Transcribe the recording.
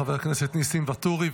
חבר הכנסת ניסים ואטורי,